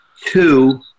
two –